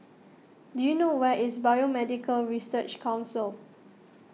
do you know where is Biomedical Research Council